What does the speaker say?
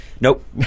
Nope